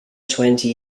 twenty